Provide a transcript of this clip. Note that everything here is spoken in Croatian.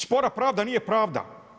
Spora pravda nije pravda.